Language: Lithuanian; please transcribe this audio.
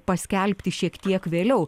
paskelbti šiek tiek vėliau